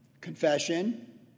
confession